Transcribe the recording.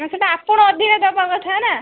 ନା ସେଟା ଆପଣ ଅଧିକା ଦେବା କଥା ନା